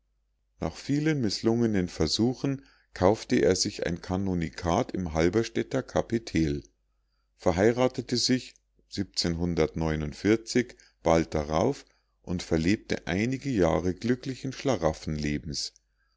nach vielen mißlungenen versuchen kaufte er sich ein kanonikat im halberstädter capitel verheirathete sich bald darauf und verlebte einige jahre glücklichen